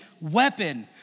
weapon